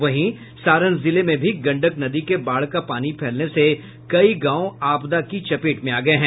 वहीं सारण जिले में भी गंडक नदी के बाढ़ का पानी फैलने से कई गांव आपदा की चपेट में आ गये हैं